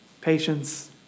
patience